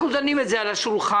אנחנו דנים בהם על השולחן.